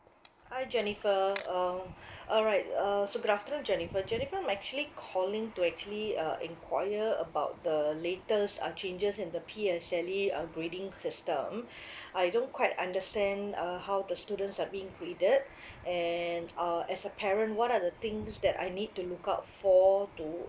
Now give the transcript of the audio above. hi jennifer uh alright uh so good afternoon jennifer jennifer I'm actually calling to actually uh enquire about the latest uh changes in the P_S_L_E uh grading system I don't quite understand uh how the students are being graded and uh as a parent what are the things that I need to look out for to